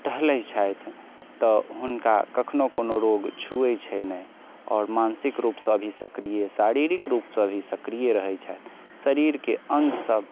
टहलै छथि तऽ हुनका कखनो कोनो रोग छूये छै नहि आओर मानसिक रुपसँ भी सक्रिय शारीरिक रूपसँ भी सक्रिय रहै छथि शरीरके अङ्ग सब